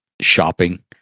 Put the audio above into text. shopping